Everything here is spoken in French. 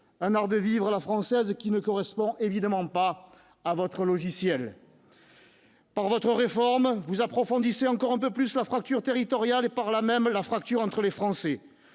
un art de vivre à la française qui ne correspond évidemment pas à votre logiciel, madame la ministre. Par votre réforme, vous approfondissez encore un peu plus la fracture territoriale et, par là même, la fracture entre les Français.